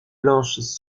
blanches